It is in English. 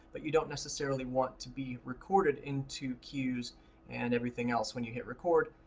but you don't necessarily want to be recorded into cues and everything else when you hit record,